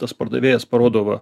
tas pardavėjas parodo va